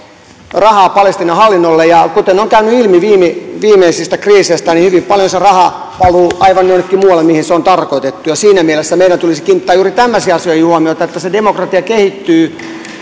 rahaa palestiinan hallinnolle ja kuten on käynyt ilmi viimeisistä kriiseistä niin hyvin paljon se raha valuu aivan jonnekin muualle kuin mihin se on tarkoitettu siinä mielessä meidän tulisi kiinnittää juuri tämmöisiin asioihin huomiota että se demokratia kehittyy